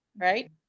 right